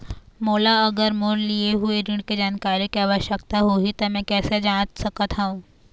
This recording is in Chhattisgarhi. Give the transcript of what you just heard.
मोला अगर मोर लिए हुए ऋण के जानकारी के आवश्यकता होगी त मैं कैसे जांच सकत हव?